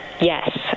Yes